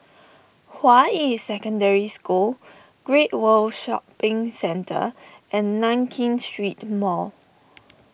Hua Yi Secondary School Great World Shopping Centre and Nankin Street Mall